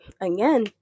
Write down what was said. again